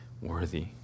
worthy